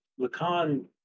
Lacan